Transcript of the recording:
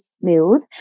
smooth